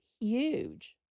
huge